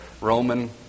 Roman